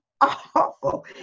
awful